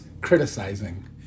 criticizing